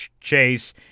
chase